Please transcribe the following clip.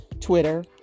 Twitter